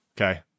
okay